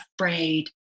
afraid